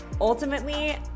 ultimately